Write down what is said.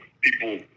people